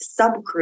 subgroup